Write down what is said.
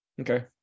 okay